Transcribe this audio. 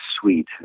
suite